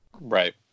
right